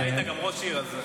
היית גם ראש עירייה.